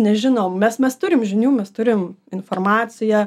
nežinom mes mes turim žinių mes turim informaciją